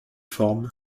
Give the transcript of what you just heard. forment